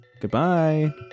goodbye